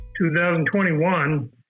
2021